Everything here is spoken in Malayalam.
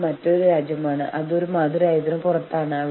പക്ഷെ മറ്റ് വിലപേശൽ ടീമുമായി സൌഹൃദപരമായി പെരുമാറുക